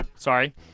sorry